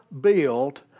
build